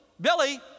Billy